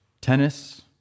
tennis